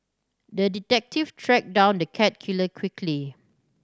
the detective track down the cat killer quickly